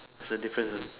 there's a difference